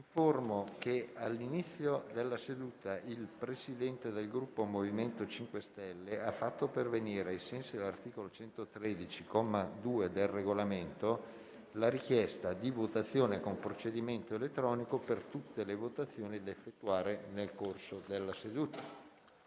che all'inizio della seduta il Presidente del Gruppo MoVimento 5 Stelle ha fatto pervenire, ai sensi dell'articolo 113, comma 2, del Regolamento, la richiesta di votazione con procedimento elettronico per tutte le votazioni da effettuare nel corso della seduta.